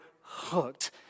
hooked